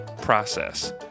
process